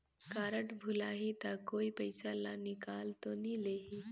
Card भुलाही ता कोई पईसा ला निकाल तो नि लेही?